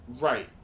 right